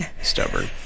Stubborn